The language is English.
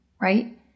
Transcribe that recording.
Right